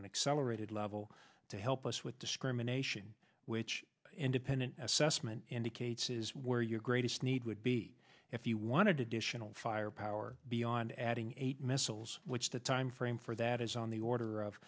an accelerated level to help us with discrimination which independent assessment indicates is where your greatest need would be if you wanted to dish and firepower beyond adding eight missiles which the timeframe for that is on the order of